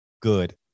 good